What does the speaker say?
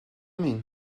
mean